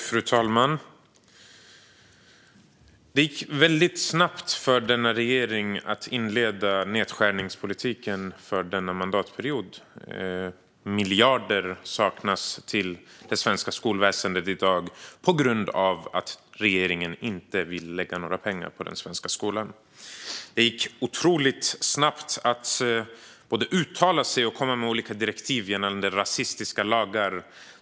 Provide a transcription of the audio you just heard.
Fru talman! Det gick väldigt snabbt för denna regering att inleda nedskärningspolitiken under denna mandatperiod. Miljarder saknas i dag i det svenska skolväsendet på grund av att regeringen inte vill lägga några pengar på den svenska skolan. Det gick otroligt snabbt att både uttala sig och komma med olika direktiv gällande rasistiska lagar.